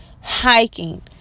Hiking